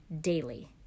daily